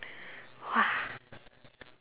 !wah!